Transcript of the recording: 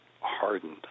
hardened